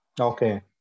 Okay।